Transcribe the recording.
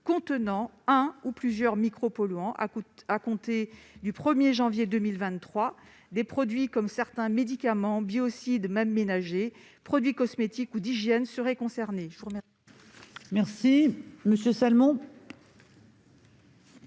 contenant un ou plusieurs micropolluants à compter du 1 juillet 2021. Des produits comme certains médicaments, biocides, même ménagers, produits cosmétiques ou d'hygiène seraient concernés.